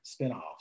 spinoffs